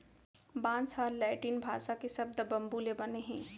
बांस ह लैटिन भासा के सब्द बंबू ले बने हे